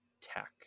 tech